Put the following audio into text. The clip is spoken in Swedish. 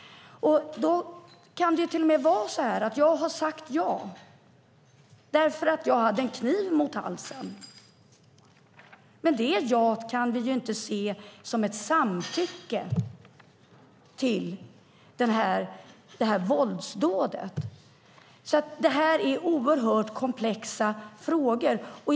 Det kan till och med vara så att jag sade ja därför att jag hade en kniv mot halsen, men detta ja kan vi ju inte se som ett samtycke till våldsdådet. Det här är alltså oerhört komplexa frågor.